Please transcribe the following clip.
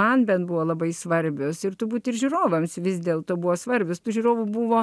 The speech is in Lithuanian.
man bent buvo labai svarbios ir turbūt ir žiūrovams vis dėlto buvo svarbius tų žiūrovų buvo